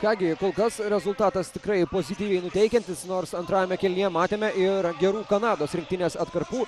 ką gi kol kas rezultatas tikrai pozityviai nuteikiantis nors antrajame kėlinyje matėme ir gerų kanados rinktinės atkarpų